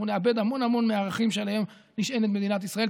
אנחנו נאבד המון מהערכים שעליהם נשענת מדינת ישראל.